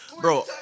Bro